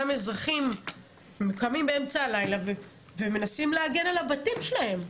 גם אזרחים קמים באמצע הלילה ומנסים להגן על הבתים שלהם,